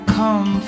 come